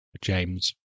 James